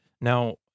Now